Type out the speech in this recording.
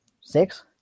Six